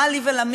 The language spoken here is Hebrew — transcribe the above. מה לי ולמקווה?